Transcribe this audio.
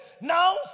Now